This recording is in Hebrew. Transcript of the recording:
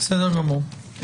בסדר גמור.